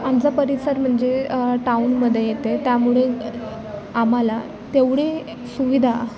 आमचा परिसर म्हणजे टाऊनमध्ये येते त्यामुळे आम्हाला तेवढी सुविधा